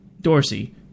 Dorsey